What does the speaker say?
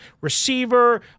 receiver